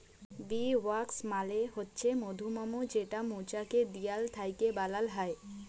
bee wax মালে হছে মধুমম যেটা মচাকের দিয়াল থ্যাইকে বালাল হ্যয়